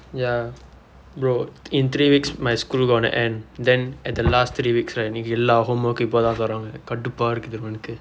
ya bro in three weeks my school going to end then at the last three weeks right இன்று எல்லா:inru ellaa homework இன்று தான் தருவார்கள் கடுப்பாக இருக்கு தெரியமா எனக்கு:inruthaan tharuvaargkal kadupaaka irukku theriyumaa enakku